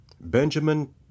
Benjamin